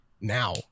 now